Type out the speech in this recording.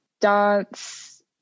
dance